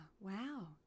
wow